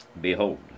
Behold